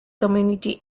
community